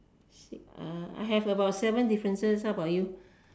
six I have about seven differences how bout you